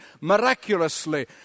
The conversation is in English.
miraculously